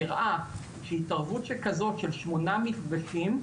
שהראה שהתערבות שכזאת של שמונה מפגשים,